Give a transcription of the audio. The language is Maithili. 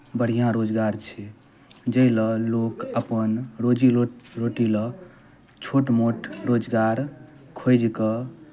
बढ़िआँ रोजगार छै जाहि लए लोक अपन रोजी रो रोटी लए छोट मोट रोजगार खोजि कऽ